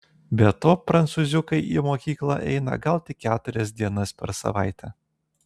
be to prancūziukai į mokyklą eina gal tik keturias dienas per savaitę